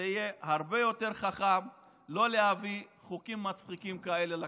יהיה הרבה יותר חכם לא להביא חוקים מצחיקים כאלה לכנסת.